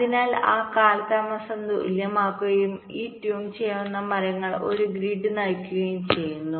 അതിനാൽ ആ കാലതാമസം തുല്യമാക്കുകയും ഈ ട്യൂൺ ചെയ്യാവുന്ന മരങ്ങൾ ഒരു ഗ്രിഡ് നയിക്കുകയും ചെയ്യുന്നു